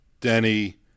Denny